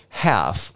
half